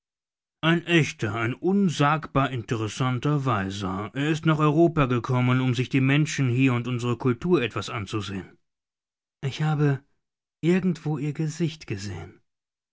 ein echter ein unsagbar interessanter weiser er ist nach europa gekommen um sich die menschen hier und unsere kultur etwas anzusehen ich habe irgendwo ihr gesicht gesehen